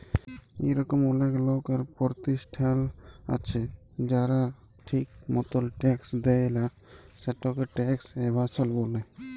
ইরকম অলেক লক আর পরতিষ্ঠাল আছে যারা ঠিক মতল ট্যাক্স দেয় লা, সেটকে ট্যাক্স এভাসল ব্যলে